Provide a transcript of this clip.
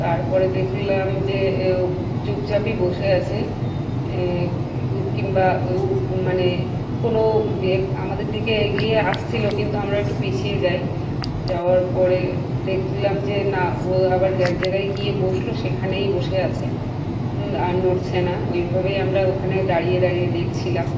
তারপরে দেখলাম যে চুপচাপই বসে আছে কিংবা মানে কোনো আমাদের দিকে এগিয়ে আসছিলো কিন্তু আমরা একটু পিছিয়ে যাই যাওয়ার পরে দেখলাম যে না ও আবার এক জায়গায় গিয়ে বসলো সেখানেই বসে আছে আর নড়ছে না ওইভাবেই আমরা ওখানে দাঁড়িয়ে দাঁড়িয়ে দেখছিলাম